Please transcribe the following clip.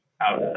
out